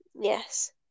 Yes